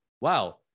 wow